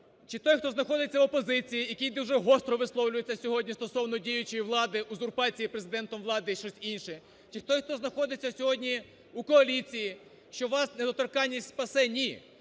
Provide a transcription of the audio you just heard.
чи той, хто знаходиться в опозиції, який дуже гостро висловлюється сьогодні стосовно діючої влади, узурпації Президентом влади і щось інше, чи той, хто знаходиться сьогодні в коаліції, що вас недоторканність спасе – ні!